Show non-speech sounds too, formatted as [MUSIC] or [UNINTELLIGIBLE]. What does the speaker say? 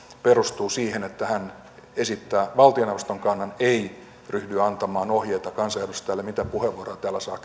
perustuu siihen että hän esittää valtioneuvoston kannan ei ryhdy antamaan ohjeita kansanedustajille siitä miten puheenvuoroja täällä saa [UNINTELLIGIBLE]